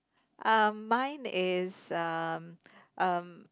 um mine is um um